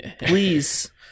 please